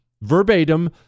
verbatim